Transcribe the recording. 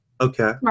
Okay